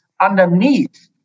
underneath